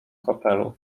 hotelu